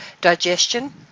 digestion